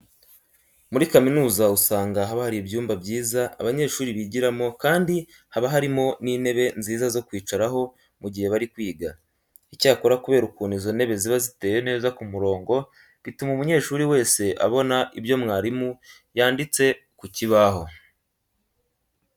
Muri kaminuza usanga haba hari ibyumba byiza abanyeshuri bigiramo kandi haba harimo n'intebe nziza zo kwicaraho mu gihe bari kwiga. Icyakora kubera ukuntu izo ntebe ziba ziteye neza ku murongo, bituma umunyeshuri wese abona ibyo mwarimu yanditse ku kibaho.